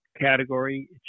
category